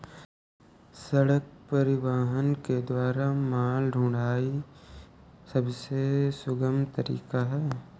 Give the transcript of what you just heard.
सड़क परिवहन के द्वारा माल ढुलाई सबसे सुगम तरीका है